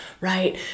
right